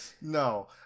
No